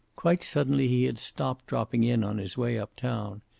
quite suddenly he had stopped dropping in on his way up-town.